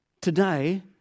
today